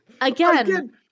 Again